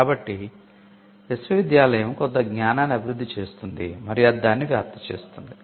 కాబట్టి విశ్వవిద్యాలయం కొంత జ్ఞానాన్ని అభివృద్ధి చేస్తుంది మరియు అది దానిని వ్యాప్తి చేస్తుంది